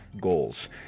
goals